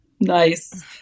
Nice